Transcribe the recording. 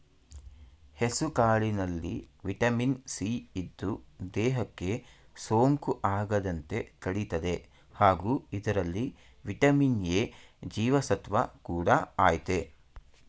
ಹೆಸುಕಾಳಿನಲ್ಲಿ vitamin C ಇದ್ದು, ದೇಹಕ್ಕೆ ಸೋಂಕು ಆಗದಂತೆ ತಡಿತದೆ ಹಾಗೂ ಇದರಲ್ಲಿ ವಿಟಮಿನ್ ಎ ಜೀವಸತ್ವ ಕೂಡ ಆಯ್ತೆ